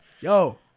Yo